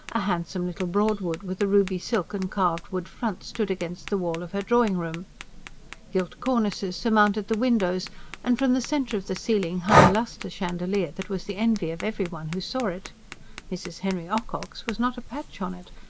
a handsome little broadwood, with a ruby-silk and carved-wood front, stood against the wall of her drawing-room gilt cornices surmounted the windows and from the centre of the ceiling hung a lustre-chandelier that was the envy of every one who saw it mrs. henry ocock's was not a patch on it,